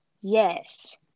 Yes